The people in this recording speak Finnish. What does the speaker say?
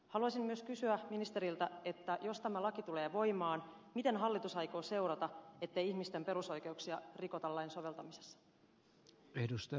haluaisin myös kysyä ministeriltä että jos tämä laki tulee voimaan miten hallitus aikoo seurata ettei ihmisten perusoikeuksia rikota lain soveltamisessa